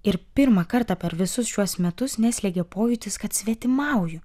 ir pirmą kartą per visus šiuos metus neslėgė pojūtis kad svetimauju